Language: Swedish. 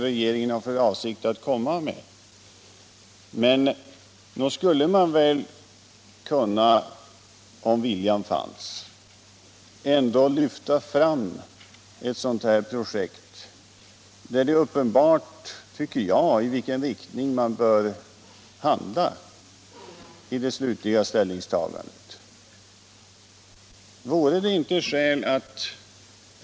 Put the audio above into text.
Men nog skulle man väl om viljan fanns ändå kunna lyfta fram ett sådant här projekt, där det är uppenbart, tycker jag, i vilken riktning man bör handla vid det slutliga ställningstagandet?